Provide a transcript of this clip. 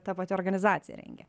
ta pati organizacija rengia